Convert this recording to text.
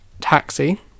taxi